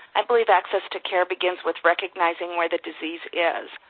i believe access to care begins with recognizing where the disease is.